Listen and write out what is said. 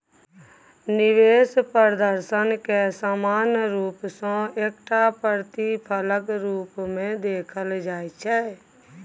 निवेश प्रदर्शनकेँ सामान्य रूप सँ एकटा प्रतिफलक रूपमे देखल जाइत छै